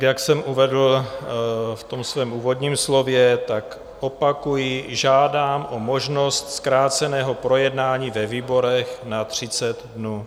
Jak jsem uvedl v svém úvodním slově, opakuji: Žádám o možnost zkráceného projednání ve výborech na 30 dnů.